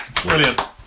Brilliant